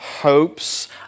hopes